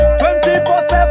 24-7